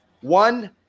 One